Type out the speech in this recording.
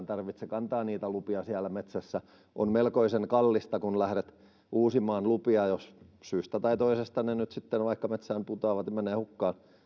tarvitse kantaa lupia siellä metsässä on melkoisen kallista kun lähdet uusimaan lupia jos syystä tai toisesta ne nyt sitten vaikka metsään putoavat ja menevät hukkaan